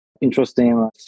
interesting